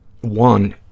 one